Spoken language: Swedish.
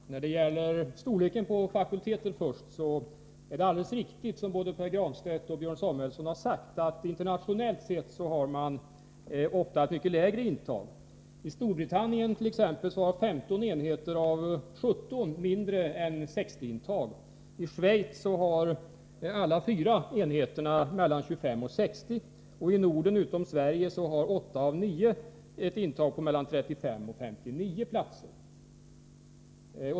Herr talman! När det till att börja med gäller storleken på fakulteterna är det alldeles riktigt, som både Pär Granstedt och Björn Samuelson sagt, att man internationellt ofta har mycket lägre intagning än vi har. I Storbritannien t.ex. har 15 enheter av 17 mindre än 60 intagna. I Schweiz har alla fyra enheterna mellan 25 och 60, och i Norden utom Sverige har 8 av 9 enheter en intagning på mellan 35 och 59 platser.